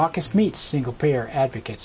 buckets meet single payer advocate